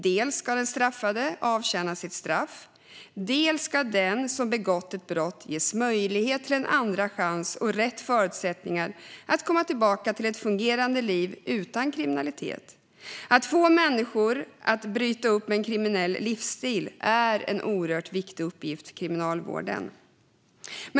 Dels ska den dömde avtjäna sitt straff, dels ska den som begått ett brott ges möjlighet till en andra chans och rätt förutsättningar att komma tillbaka till ett fungerande liv utan kriminalitet. Att få människor att bryta med en kriminell livsstil är en oerhört viktig uppgift för kriminalvården.